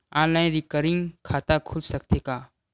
Online recurring खाता खुल सकथे का?